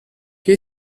che